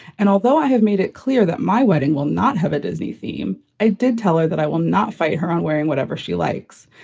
and although i have made it clear that my wedding will not have a disney theme, i did tell her that i will not fight her on wearing whatever she likes.